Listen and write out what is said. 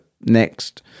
next